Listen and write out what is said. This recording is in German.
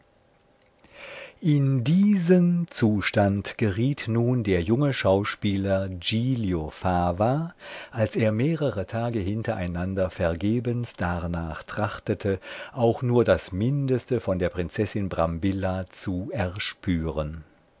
in diesen zustand geriet nun der junge schauspieler giglio fava als er mehrere tage hintereinander vergebens darnach trachtete auch nur das mindeste von der prinzessin brambilla zu erspüren